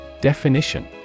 Definition